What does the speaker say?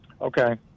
Okay